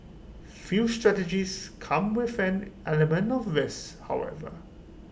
few strategies come with an element of risk however